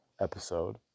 episode